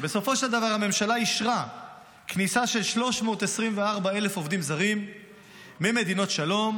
בסופו של דבר הממשלה אישרה כניסה של 324,000 עובדים זרים ממדינות שלום.